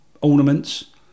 ornaments